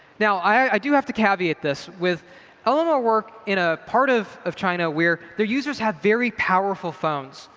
now, i do have to caveat this with elima work in a part of of china where their users have very powerful phones.